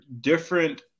different